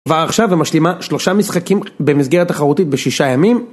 כבר עכשיו היא משלימה שלושה משחקים במסגרת תחרותית בשישה ימים